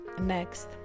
next